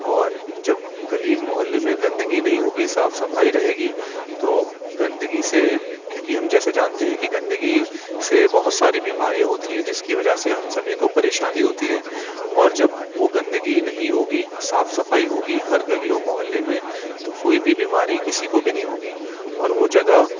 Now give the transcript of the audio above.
اور جب گلی محلے میں گندگی نہیں ہوگی صاف صفائی رہے گی تو گندگی سے کیونکہ ہم جیسے جانتے ہیں کہ گندگی سے بہت ساری بیماریاں ہوتی ہیں جس کی وجہ سے ہم سبھی کو پریشانی ہوتی ہے اور جب وہ گندگی نہیں ہوگی صاف صفائی ہوگی ہر گلی اور محلے میں تو کوئی بھی بیماری کسی کو بھی نہیں ہوگی اور وہ جگہ